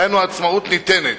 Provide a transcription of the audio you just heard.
דהיינו, העצמאות ניתנת.